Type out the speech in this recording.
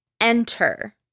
enter